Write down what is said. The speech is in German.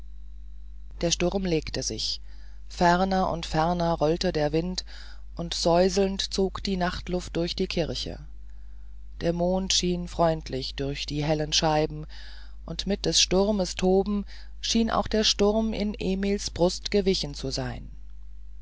der sturm legte sich ferner und ferner rollte der wind und säuselnd zog die nachtluft durch die kirche der mond schien freundlich durch die hellen scheiben und mit des sturmes toben schien auch der sturm in emils brust gewichen zu sein